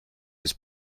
his